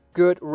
good